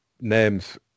names